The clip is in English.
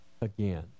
again